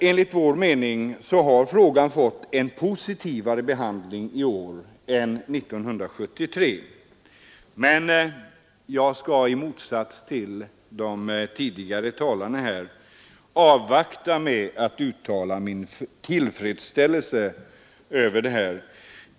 Enligt vår mening har frågan fått en mera positiv behandling i år än 1973, men jag skall i motsats till de tidigare talarna avvakta med att uttala min tillfredsställelse.